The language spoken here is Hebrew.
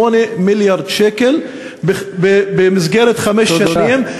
8 מיליארד שקל במסגרת חמש שנים, תודה.